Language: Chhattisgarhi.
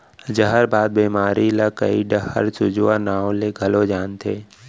जहरबाद बेमारी ल कइ डहर सूजवा नांव ले घलौ जानथें